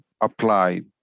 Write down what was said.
applied